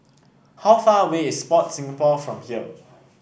how far away is Sport Singapore from here